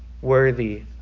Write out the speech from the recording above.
Worthy